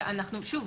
שוב,